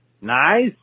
Nice